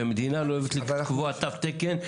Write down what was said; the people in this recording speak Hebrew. והמדינה לא אוהבת לקבוע תו תקן,